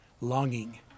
longing